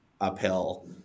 uphill